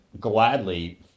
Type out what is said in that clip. gladly